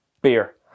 beer